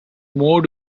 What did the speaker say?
more